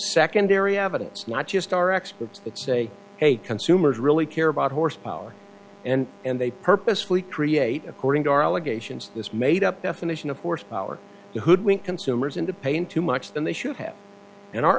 secondary evidence not just our experts that say consumers really care about horse power and and they purposefully create according to our allegations this made up definition of horsepower to hoodwink consumers into paying too much than they should have and our